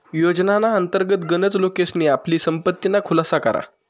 योजनाना अंतर्गत गनच लोकेसनी आपली संपत्तीना खुलासा करा